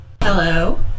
Hello